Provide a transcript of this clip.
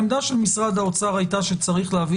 העמדה של משרד האוצר היתה שצריך להביא